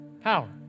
Power